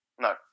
No